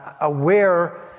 aware